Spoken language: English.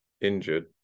injured